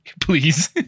please